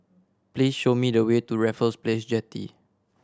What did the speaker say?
please show me the way to Raffles Place Jetty